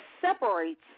separates